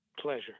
Pleasure